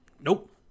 nope